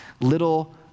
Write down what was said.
little